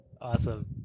awesome